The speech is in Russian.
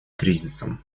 кризисом